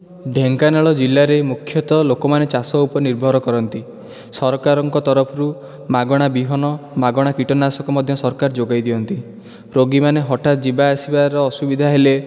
ଢେଙ୍କାନାଳ ଜିଲ୍ଲାରେ ମୁଖ୍ୟତଃ ଲୋକମାନେ ଚାଷ ଉପରେ ନିର୍ଭର କରନ୍ତି ସରକାରଙ୍କ ତରଫରୁ ମାଗଣା ବିହନ ମାଗଣା କୀଟନାଶକ ମଧ୍ୟ ସରକାର ଯୋଗେଇ ଦିଅନ୍ତି ରୋଗୀ ମାନେ ହଠାତ ଯିବାଆସିବାର ଅସୁବିଧା ହେଲେ